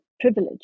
privilege